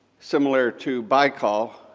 similar to baikal.